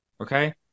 okay